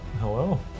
Hello